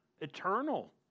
eternal